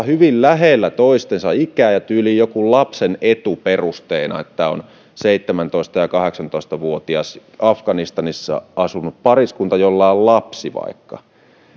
hyvin lähellä toistensa ikää ja tyyliin joku lapsen etu perusteena että on vaikka seitsemäntoista ja kahdeksantoista vuotias afganistanissa asunut pariskunta jolla on lapsi